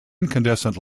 incandescent